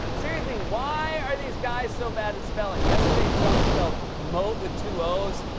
seriously, why are these guys so bad at spelling? yesterday, trump spelled moat with two o's.